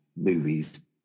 movies